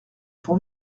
pour